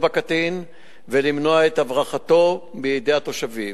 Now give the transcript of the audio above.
בקטין ולמנוע את הברחתו בידי התושבים.